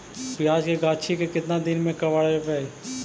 प्याज के गाछि के केतना दिन में कबाड़बै?